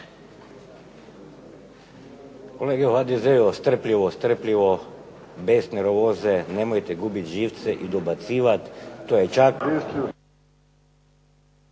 Kolege u HDZ-u strpljivo, strpljivo, bez nervoze. Nemojte gubit živce i dobacivat.